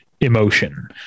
emotion